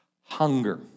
hunger